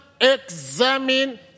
examine